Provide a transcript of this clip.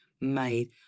made